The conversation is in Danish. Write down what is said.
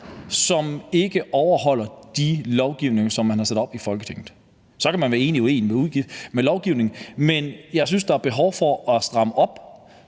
som ikke overholder den lovgivning, man har vedtaget i Folketinget. Så kan man være enig eller uenig med lovgivningen, men jeg synes, der er behov for at stramme op